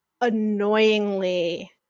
annoyingly